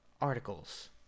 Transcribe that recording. articles